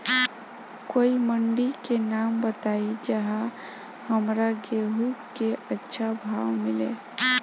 कोई मंडी के नाम बताई जहां हमरा गेहूं के अच्छा भाव मिले?